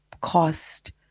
cost